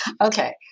Okay